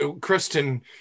Kristen